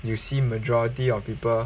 you see majority of people